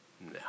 No